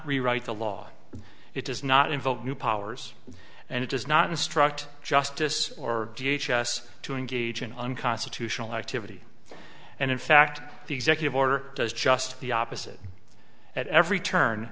rewrite the law it does not involve new powers and it does not instruct justice or v h s to engage in unconstitutional activity and in fact the executive order does just the opposite at every turn